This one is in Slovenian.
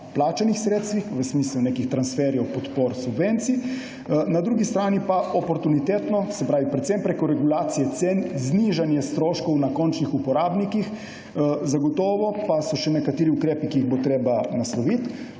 plačanih sredstvih v smislu nekih transferjev, podpor, subvencij. Na drugi strani pa oportunitetno predvsem preko regulacije cen znižanje stroškov na končnih uporabnikih. Zagotovo pa so še nekateri ukrepi, ki jih bo treba nasloviti.